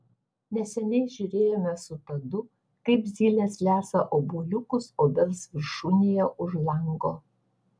neseniai žiūrėjome su tadu kaip zylės lesa obuoliukus obels viršūnėje už lango